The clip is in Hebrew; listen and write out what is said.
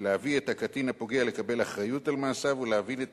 להביא את הקטין הפוגע לקבל אחריות על מעשיו ולהבין את